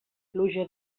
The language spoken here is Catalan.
pluja